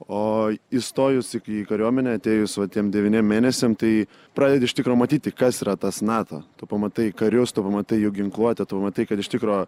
o įstojus į kariuomenę atėjus va tiem devyniem mėnesiam tai pradedi iš tikro matyti kas yra tas nato tu pamatai karius tu pamatai jų ginkluotę tu matai kad iš tikro